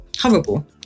horrible